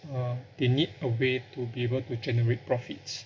uh they need a way to be able to generate profits